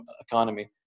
economy